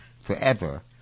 forever